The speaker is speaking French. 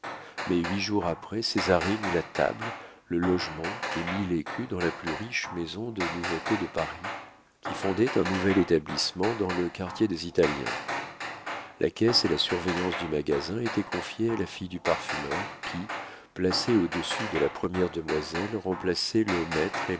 mais huit jours après césarine eut la table le logement et mille écus dans la plus riche maison de nouveautés de paris qui fondait un nouvel établissement dans le quartier des italiens la caisse et la surveillance du magasin étaient confiées à la fille du parfumeur qui placée au-dessus de la première demoiselle remplaçait le maître